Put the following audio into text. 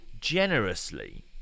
generously